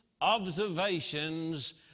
observations